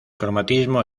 cromatismo